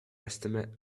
estimate